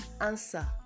answer